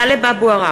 טלב אבו עראר,